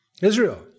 Israel